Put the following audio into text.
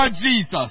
Jesus